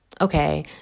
okay